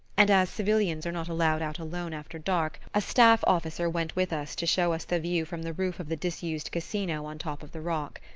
and as civilians are not allowed out alone after dark a staff-officer went with us to show us the view from the roof of the disused casino on top of the rock.